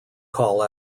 call